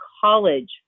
college